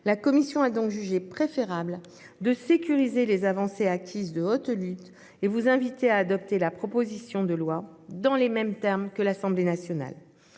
la commission a donc jugé préférable de sécuriser les avancées acquises de haute lutte et vous invite à adopter la proposition de loi dans les mêmes termes que l'Assemblée nationale.